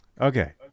Okay